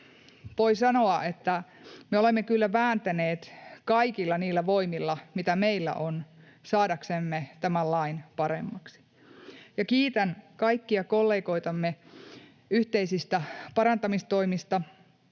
Voi sanoa, että me olemme kyllä vääntäneet kaikilla niillä voimilla, mitä meillä on, saadaksemme tämän lain paremmaksi, ja kiitän kaikkia kollegoitamme yhteisistä parantamistoimista.